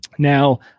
Now